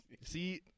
See